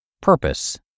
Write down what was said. Purpose